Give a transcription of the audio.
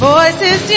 Voices